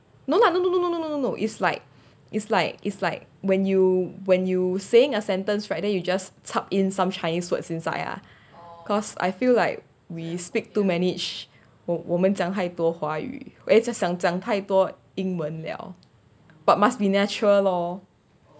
no lah no no no no no no no no no it's like it's like it's like when you when you saying a sentence right then you just chap in some chinese words inside ah cause I feel like we speak too manich 我我们讲太多华语为这项占太多英文了 but must be natural lor